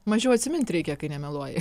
mažiau atsimint reikia kai nemeluoji